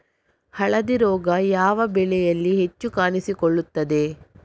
ಹಳದಿ ರೋಗ ಯಾವ ಬೆಳೆಯಲ್ಲಿ ಹೆಚ್ಚು ಕಾಣಿಸಿಕೊಳ್ಳುತ್ತದೆ?